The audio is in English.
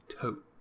tote